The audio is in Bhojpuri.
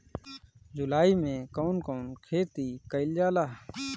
जुलाई मे कउन कउन खेती कईल जाला?